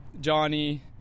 Johnny